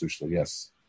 Yes